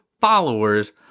followers